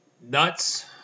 nuts